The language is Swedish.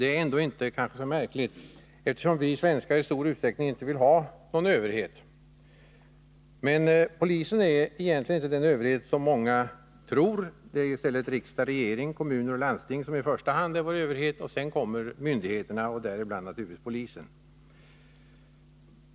Det är ändå kanske inte så märkligt, eftersom vi svenskar i stor utsträckning inte vill ha någon överhet. Men polisen är egentligen inte den överhet som många tror att den är. Det är i stället riksdag, regering, kommuner och landsting som i första hand är vår överhet. Sedan kommer myndigheterna, och däribland naturligtvis polisen.